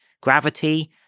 gravity